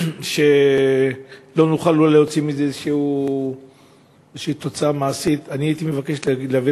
כי לא נוכל להוציא מזה תוצאה מעשית כלשהי,